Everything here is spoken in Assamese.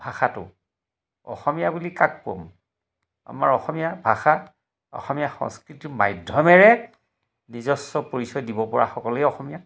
ভাষাটো অসমীয়া বুলি কাক ক'ম আমাৰ অসমীয়া ভাষা অসমীয়া সংস্কৃতিৰ মাধ্যমেৰে নিজস্ব পৰিচয় দিব পৰাসকলেই অসমীয়া